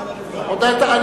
אני הודעתי מעל הדוכן.